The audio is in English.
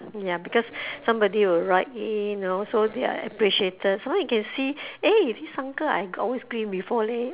ya because somebody will write in know so they're appreciated sometime you can see eh this uncle I always greet him before leh